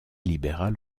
libéral